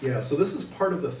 yes so this is part of the